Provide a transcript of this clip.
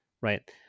Right